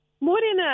Morning